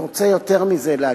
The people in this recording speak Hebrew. אני רוצה להגיד יותר מזה.